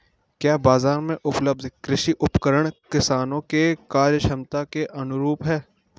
क्या बाजार में उपलब्ध कृषि उपकरण किसानों के क्रयक्षमता के अनुरूप हैं?